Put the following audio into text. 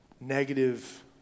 negative